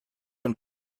von